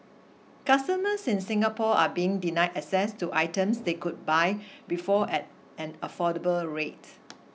customers in Singapore are being denied access to items they could buy before at an affordable rate